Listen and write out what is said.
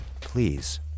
Please